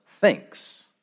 thinks